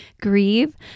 grieve